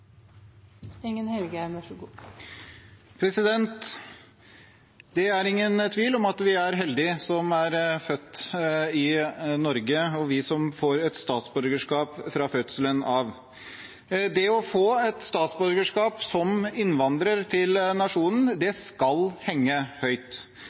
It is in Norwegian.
vi som er født i Norge, og som får et statsborgerskap fra fødselen av. Det å få et statsborgerskap som innvandrer til nasjonen